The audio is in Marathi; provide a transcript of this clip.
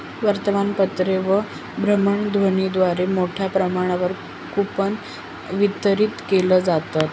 वर्तमानपत्रे व भ्रमणध्वनीद्वारे मोठ्या प्रमाणावर कूपन वितरित केले जातात